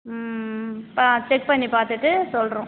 ம்ம் ஆ செக் பண்ணி பார்த்துட்டு சொல்கிறோம்